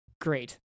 great